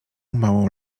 małą